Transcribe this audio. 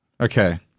Okay